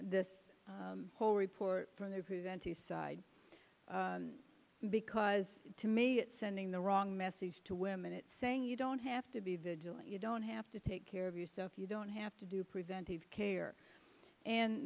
this whole report from their side because to me it's sending the wrong message to women it saying you don't have to be vigilant you don't have to take care of yourself you don't have to do preventive care and